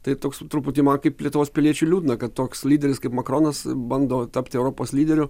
tai toks truputį man kaip lietuvos piliečiui liūdna kad toks lyderis kaip makronas bando tapti europos lyderiu